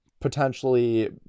potentially